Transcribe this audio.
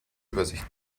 übersicht